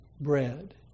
bread